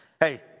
Hey